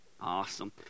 Awesome